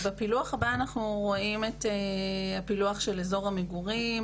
.אז בפילוח הבא אנחנו רואים את הפילוח של אזור המגורים,